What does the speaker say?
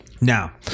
now